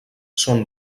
són